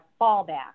fallback